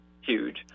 huge